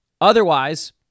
Otherwise